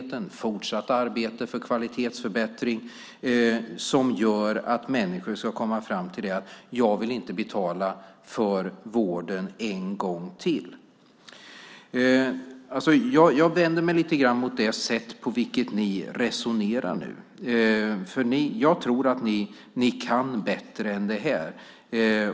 Det handlar om ett fortsatt arbete för kvalitetsförbättring som gör att människor ska komma fram till att de inte vill betala för vården en gång till. Jag vänder mig lite grann mot det sätt på vilket ni nu resonerar, för jag tror att ni kan bättre än det här.